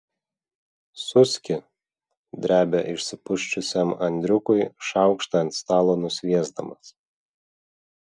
suski drebia išsipusčiusiam andriukui šaukštą ant stalo nusviesdamas